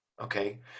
okay